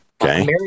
okay